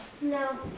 No